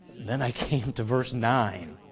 then i came to vs nine.